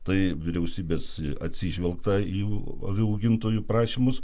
tai vyriausybės atsižvelgta į jų avių augintojų prašymus